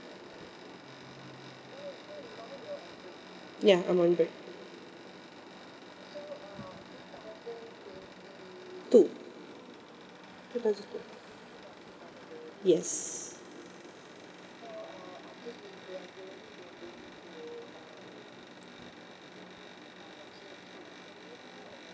ya I'm on break two two thousand twenty yes